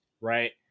right